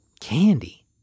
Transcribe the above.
Candy